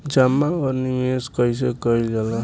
जमा और निवेश कइसे कइल जाला?